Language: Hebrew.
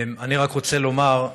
אני רק רוצה לומר,